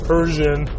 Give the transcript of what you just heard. Persian